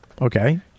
Okay